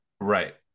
right